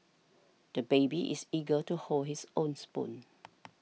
the baby is eager to hold his own spoon